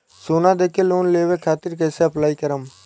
सोना देके लोन लेवे खातिर कैसे अप्लाई करम?